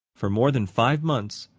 for more than five months,